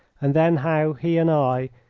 and then how he and i,